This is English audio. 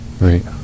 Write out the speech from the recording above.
right